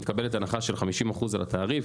מתקבלת הנחה של 50% על התעריף,